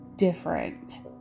different